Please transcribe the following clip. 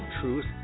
Truth